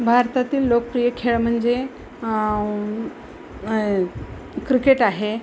भारतातील लोकप्रिय खेळ म्हणजे क्रिकेट आहे